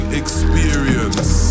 experience